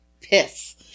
piss